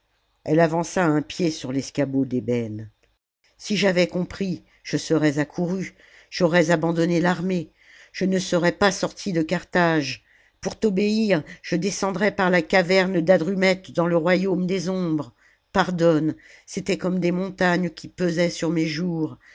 elle avança un pied sur l'escabeau d'ébène si j'avais compris je serais accouru j'aurais abandonné l'armée je ne serais pas sorti de carthage pour t'obéir je descendrais par la caverne d'hadrumète dans le royaume des ombres pardonne c'étaient comme des montagnes qui pesaient sur mes jours